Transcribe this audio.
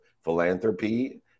philanthropy